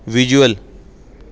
visual